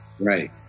Right